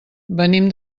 venim